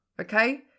okay